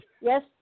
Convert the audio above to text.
Yes